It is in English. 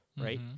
right